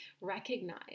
recognize